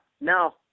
No